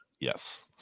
Yes